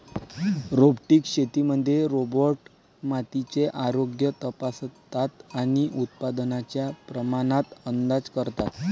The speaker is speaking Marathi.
रोबोटिक शेतीमध्ये रोबोट मातीचे आरोग्य तपासतात आणि उत्पादनाच्या प्रमाणात अंदाज करतात